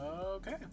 Okay